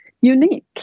unique